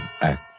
Act